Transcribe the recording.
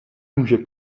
může